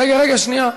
רגע, רגע, שנייה.